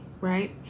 Right